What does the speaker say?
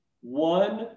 One